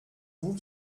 vous